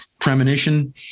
Premonition